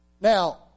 Now